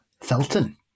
Felton